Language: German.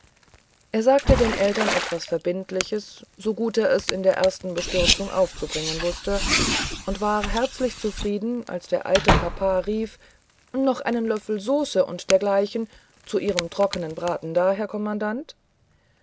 er sagte den eltern etwas verbindliches so gut er es in der ersten bestürzung aufzubringen wußte und war herzlich zufrieden als der alte papa rief noch einen löffel sauce und dergleichen zu ihrem trockenen braten da herr kommandant